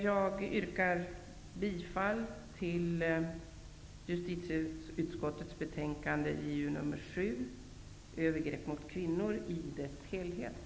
Jag yrkar bifall till hemställan i dess helhet i justitieutskottets betänkande 1992/93:JuU7,